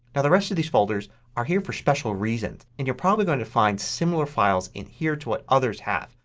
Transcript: now the rest of these folders are here for special reasons. and you are probably going to find similar files in here to what others have.